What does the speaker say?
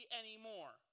anymore